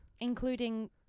including